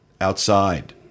outside